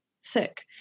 sick